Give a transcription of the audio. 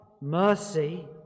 mercy